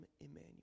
Emmanuel